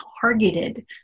targeted